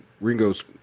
Ringo's